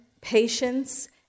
patience